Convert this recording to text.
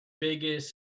biggest